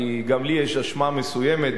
כי גם לי יש אשמה מסוימת,